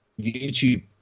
YouTube